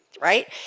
right